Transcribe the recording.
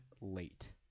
late